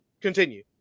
continue